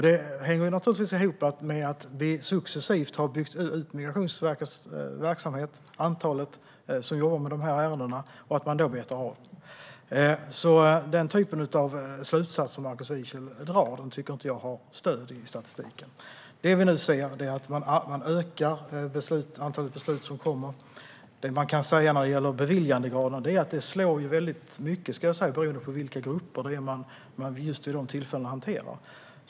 Det hänger naturligtvis ihop med att Migrationsverkets verksamhet successivt har byggts ut med fler medarbetare. Den typen av slutsatser som Markus Wiechel drar tycker jag inte har stöd i statistiken. Det vi nu ser är att antalet beslut ökar. Beviljandegraden slår väldigt olika beroende på vilka grupper som man vid olika tillfällen hanterar.